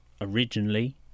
originally